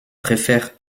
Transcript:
préfère